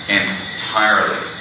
entirely